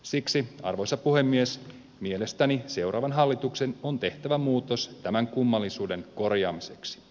siksi arvoisa puhemies mielestäni seuraavan hallituksen on tehtävä muutos tämän kummallisuuden korjaamiseksi